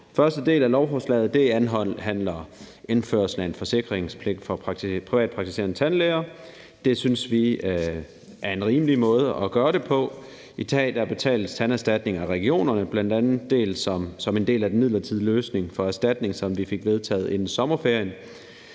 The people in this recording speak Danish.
Første del af lovforslaget handler om indførelse af en forsikringspligt for privatpraktiserende tandlæger. Det synes vi er en rimelig måde at gøre det på. I dag betales tanderstatninger af regionerne, bl.a. som en del af den midlertidige løsning for erstatning, som vi fik vedtaget inden sommerferien.